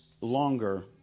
longer